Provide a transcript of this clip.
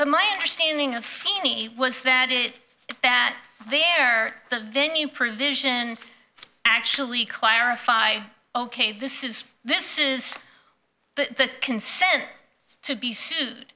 but my understanding of danny was that it is that there the venue provision actually clarify ok this is this is the consent to be sued